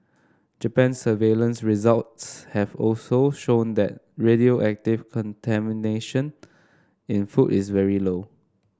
Japan's surveillance results have also shown that radioactive contamination in food is very low